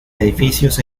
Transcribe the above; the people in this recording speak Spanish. edificios